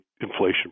inflation